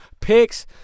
picks